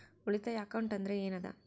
ಉಳಿತಾಯ ಅಕೌಂಟ್ ಅಂದ್ರೆ ಏನ್ ಅದ?